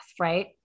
right